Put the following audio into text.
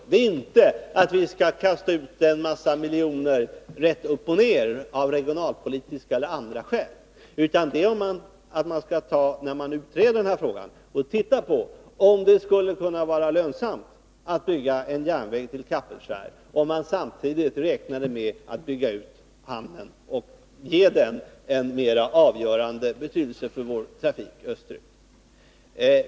Det gäller inte att vi skall kasta ut en mängd miljoner av regionalpolitiska eller andra skäl, utan att man när man utreder den här frågan ser efter om det inte skulle kunna vara lönsamt att bygga en järnväg till Kapellskär, om man räknar med att bygga ut hamnen och ge den en mera avgörande betydelse för vår trafik österut.